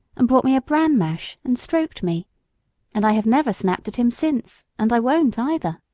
and brought me a bran mash and stroked me and i have never snapped at him since, and i won't either.